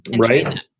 Right